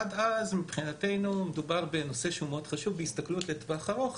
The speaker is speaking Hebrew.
עד אז מבחינתנו מדובר בנושא מאוד חשוב בהסתכלות לטווח ארוך,